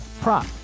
prop